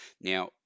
now